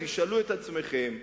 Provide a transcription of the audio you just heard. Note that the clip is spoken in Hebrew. תשאלו את עצמכם,